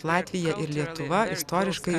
latvija ir lietuva istoriškai